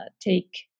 take